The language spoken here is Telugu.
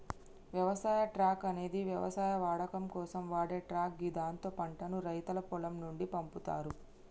వ్యవసాయ ట్రక్ అనేది వ్యవసాయ వాడకం కోసం వాడే ట్రక్ గిదాంతో పంటను రైతులు పొలం నుండి పంపుతరు